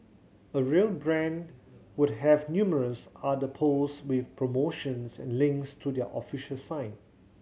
a real brand would have numerous other post with promotions and links to their official site